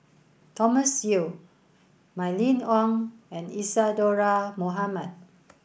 Thomas Yeo Mylene Ong and Isadhora Mohamed